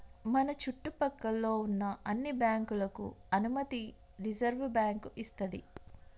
మన చుట్టు పక్కల్లో ఉన్న అన్ని బ్యాంకులకు అనుమతి రిజర్వుబ్యాంకు ఇస్తది